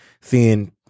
seeing